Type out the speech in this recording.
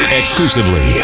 exclusively